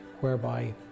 whereby